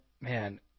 man